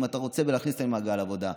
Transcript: אם אתה רוצה להכניס אותם למעגל העבודה.